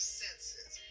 senses